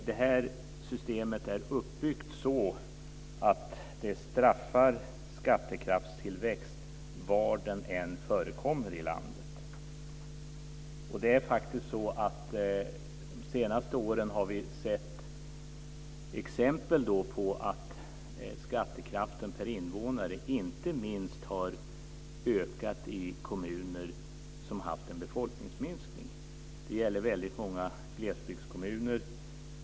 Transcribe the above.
Detta system är uppbyggt så att det straffar skattekraftstillväxt var den än förekommer i landet. Det är faktiskt så att vi under de senaste åren har sett exempel på att skattekraften per invånare inte minst har ökat i kommuner som har haft en befolkningsminskning. Det gäller väldigt många glesbygdskommuner.